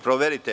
Proverite.